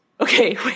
Okay